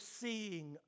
seeing